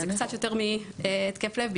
שזה קצת יותר מהתקף לב,